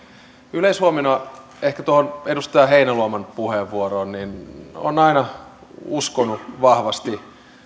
yleishuomiona ehkä tuohon edustaja heinäluoman puheenvuoroon olen aina uskonut vahvasti